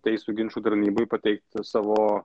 teisių ginčų tarnybai pateikti savo